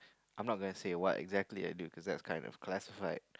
I'm not going to say what exactly I do cause that kind of classified